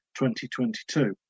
2022